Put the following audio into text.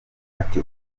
ati